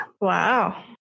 Wow